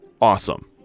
awesome